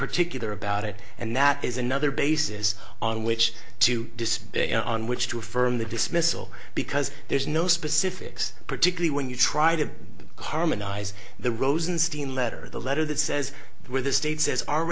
particular about it and that is another basis on which to display on which to affirm the dismissal because there's no specifics particularly when you try to harmonize the rosenstein letter the letter that says where the state says